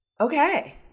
okay